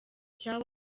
cya